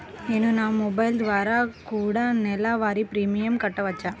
నేను నా మొబైల్ ద్వారా కూడ నెల వారి ప్రీమియంను కట్టావచ్చా?